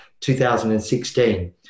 2016